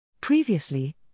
Previously